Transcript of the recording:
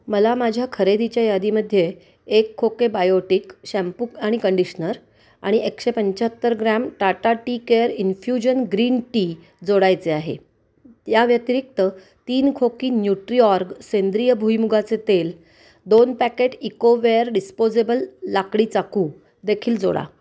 मला माझ्या खरेदीच्या यादीमध्ये एक खोके बायोटिक शॅम्पू आणि कंडिशनर आणि एकशे पंच्याहत्तर gram Tata tea care infusion green tea जोडायचे आहे त्या व्यतिरिक्त तीन खोकी न्यूट्रिऑर्ग सेंद्रिय भूईमुगाचे तेल दोन पॅकेट इकोवेअर डिस्पोजेबल लाकडी चाकू देखील जोडा